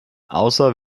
außer